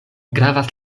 gravas